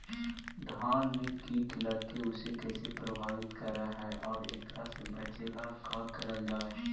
धान में कीट लगके उसे कैसे प्रभावित कर हई और एकरा से बचेला का करल जाए?